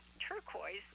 turquoise